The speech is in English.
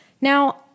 Now